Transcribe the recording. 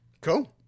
Cool